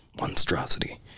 monstrosity